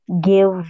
give